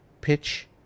pitch